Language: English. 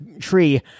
tree